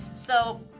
so,